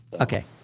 Okay